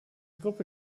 gruppe